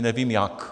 Nevím jak.